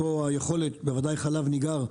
בוודאי חלב ניגר,